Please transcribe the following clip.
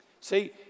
See